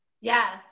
Yes